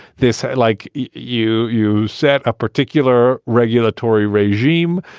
this, like you you said, a particular regulatory regime.